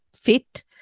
fit